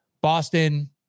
Boston